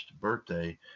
birthday